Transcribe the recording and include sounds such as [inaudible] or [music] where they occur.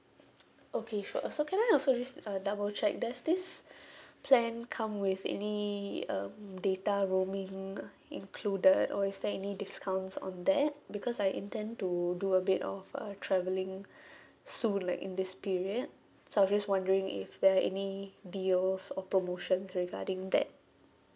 okay sure so can I also ris~ uh double check does this [breath] plan come with any um data roaming included or is there any discounts on that because I intend to do a bit of a travelling [breath] soon like in this period so I was just wondering if there're any deals or promotions regarding that